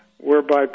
whereby